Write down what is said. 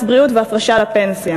מס בריאות והפרשה לפנסיה.